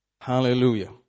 Hallelujah